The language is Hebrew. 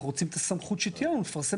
אנחנו רוצים את הסמכות שתהיה לנו לפרסם